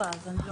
שזה מתוך הסכמה.